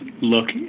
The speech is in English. look